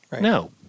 no